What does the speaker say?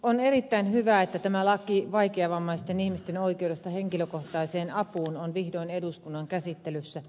on erittäin hyvä että tämä laki vaikeavammaisten ihmisten oikeudesta henkilökohtaiseen apuun on vihdoin eduskunnan käsittelyssä